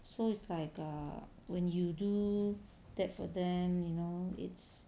so it's like err when you do that for them you know it's